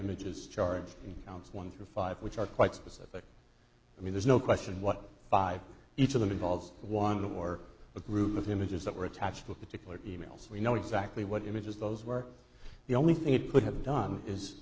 images charged in counts one through five which are quite specific i mean there's no question what five each of them involves one or a group of images that were attached to a particular e mails we know exactly what images those were the only thing it could have done is